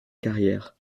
carrière